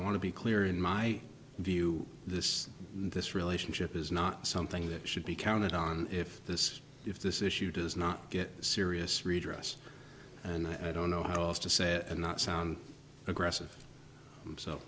want to be clear in my view this this relationship is not something that should be counted on if this if this issue does not get serious redress and i don't know how else to say it and not sound aggressive